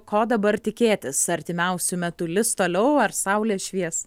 ko dabar tikėtis artimiausiu metu lis toliau ar saulė švies